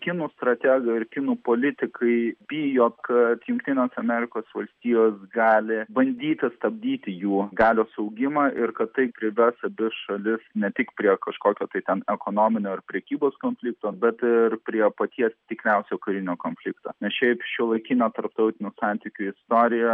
kinų strategai ir kinų politikai bijo kad jungtinės amerikos valstijos gali bandyti stabdyti jų galios augimą ir kad tai privers abi šalis ne tik prie kažkokio tai ten ekonominio ar prekybos konflikto bet ir prie paties tikriausio karinio konflikto nes šiaip šiuolaikinio tarptautinių santykių istorija